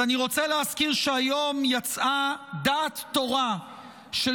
אני רוצה להזכיר שהיום יצאה דעת תורה של